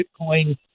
Bitcoin